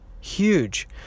huge